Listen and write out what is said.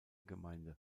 gemeinde